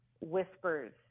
whispers